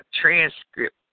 transcript